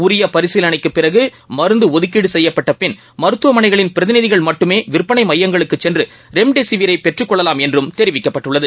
உரியபரிசீலனைக்குபிறகுமருந்துஒதுக்கீடுசெய்யப்பட்டபின் மருத்துவமனைகளின் பிரதிநிதிகள் மட்டுமேவிற்பனைமையங்களுக்குசென்றுரெம்டெசிவரைபெற்றுக் கொள்ளலாம் என்றும் தெரிவிக்கப்பட்டுள்ளது